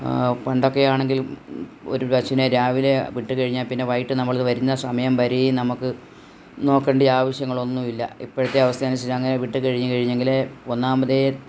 പണ്ടൊക്കെയാണെങ്കിൽ ഒരു പശുവിനെ രാവിലെ വിട്ട് കഴിഞ്ഞാൽ പിന്നെ നമ്മൾ വൈകിട്ട് നമ്മൾ വരുന്ന സമയം വരെയും നമുക്ക് നോക്കേണ്ടി ആവശ്യങ്ങളൊന്നും ഇല്ല ഇപ്പോഴത്തെ അവസ്ഥ അനുസരിച്ച് അങ്ങനെ വിട്ട് കഴിഞ്ഞ് കഴിഞ്ഞെങ്കിൽ ഒന്നാമതേ